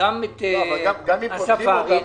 גם את הספארי --- גם אם פותחים אותם,